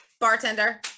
Bartender